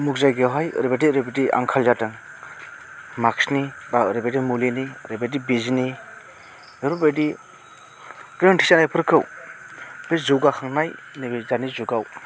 उमुग जायगायावहाय ओरैबायदि ओरैबायदि आंखाल जादों मास्कनि बा ओरैबायदि मुलिनि ओरैबायदि बिजिनि बेफोरबायदि गोनांथि जानायफोरखौ बे जौगाखांनाय नैबे दानि जुगाव